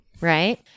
Right